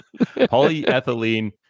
Polyethylene